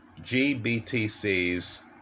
GBTC's